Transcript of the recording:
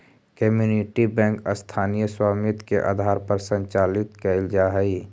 community bank स्थानीय स्वामित्व के आधार पर संचालित कैल जा हइ